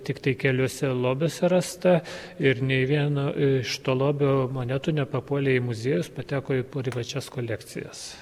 tiktai keliuose lobiuose rasta ir nei vieno iš to lobio monetų nepapuolė į muziejus pateko į privačias kolekcijas